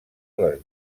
les